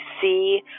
see